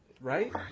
Right